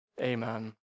Amen